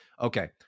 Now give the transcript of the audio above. Okay